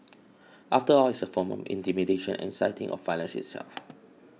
after all it's a form on intimidation and inciting of violence itself